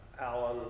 Alan